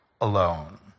alone